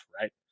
right